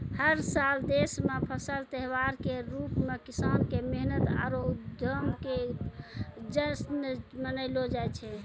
हर साल देश मॅ फसल त्योहार के रूप मॅ किसान के मेहनत आरो उद्यम के जश्न मनैलो जाय छै